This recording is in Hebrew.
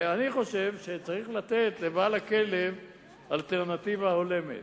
אני חושב שצריך לתת לבעל הכלב אלטרנטיבה הולמת.